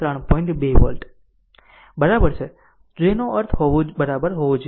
2 volt બરાબર છે જેનો જવાબ હોવો જોઈએ